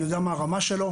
אני יודע מה הרמה שלו,